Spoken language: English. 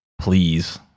please